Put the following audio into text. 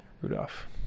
rudolph